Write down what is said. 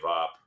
up